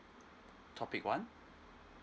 topic one